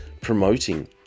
promoting